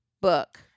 book